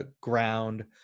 ground